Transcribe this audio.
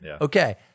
Okay